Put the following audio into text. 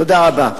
תודה רבה.